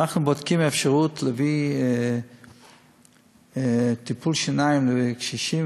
אנחנו בודקים אפשרות להביא טיפול שיניים לקשישים,